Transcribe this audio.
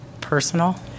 personal